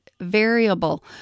variable